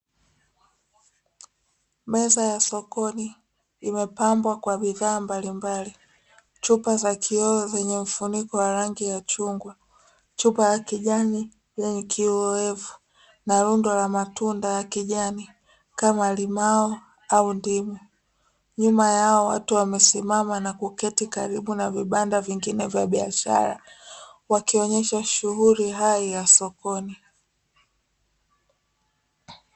Meza ya sokoni imepambwa kwa bidhaa mbalimbali. Chupa za kioo zenye mfuniko wa rangi ya chungwa. Chupa ya kijani yenye kioevu na rundo la matunda ya kijani kama limao au ndimu. Nyuma yao watu wamesimama na kuketi karibu na vibanda vingine vya biashara, wakionyesha shughuli hai ya sokoni."